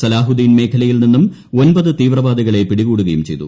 സലാഹുദ്ദീൻ മേഖലയിൽ നിന്നും ഒൻപത് തീവ്രവാദികളെ പിടികൂടുകയും ചെയ്തു